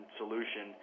solution